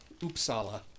Uppsala